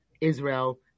Israel